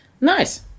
Nice